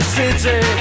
city